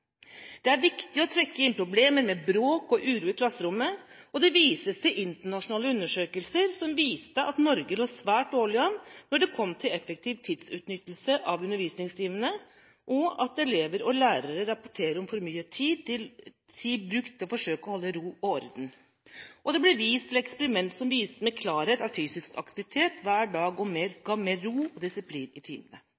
det er viktig å trekke inn problemet med bråk og uro i klasserommet. Det ble vist til internasjonale undersøkelser som viste at Norge lå svært dårlig an når det kom til effektiv tidsutnyttelse av undervisningstimene, og at elever og lærere rapporterer om for mye tid brukt til å forsøke å holde ro og orden, og det ble vist til eksperimenter som viste med klarhet at fysisk aktivitet hver dag ga mer ro og